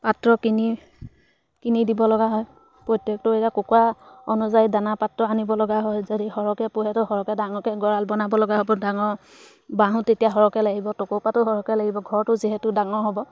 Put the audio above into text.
পাত্ৰ কিনি কিনি দিব লগা হয় প্ৰত্যেকটো এতিয়া কুকুৰা অনুযায়ী দানা পাত্ৰ আনিবলগা হয় যদি সৰহকৈ পুহেতো সৰহকৈ ডাঙৰকৈ গঁৰাল বনাব লগা হ'ব ডাঙৰ বাঁহো তেতিয়া সৰহকৈ লাগিব টকৌপাতো সৰহকৈ লাগিব ঘৰটো যিহেতু ডাঙৰ হ'ব